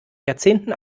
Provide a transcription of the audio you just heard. jahrzehnten